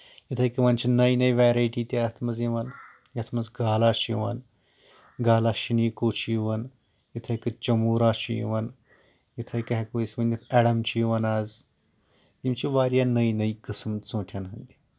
یِتھٕے کٔنۍ چھِ نٔۍ نٔۍ ویرایٹی تہِ اَتھ منٛز یِوان یِتھ منٛز کلا چھِ یِوان گلا شِنکو چھ یِوان یِتھٕے کٔنۍ چَمورا چھُ یِوان یِتھٕے کُنہِ ہٮ۪کو أسۍ ؤنِتھ ایڈم چھ یِوان آز یِم چھِ واریاہ نٔۍ نٔۍ قٕسم ژوٗنٛٹھٮ۪ن ہٕنٛدۍ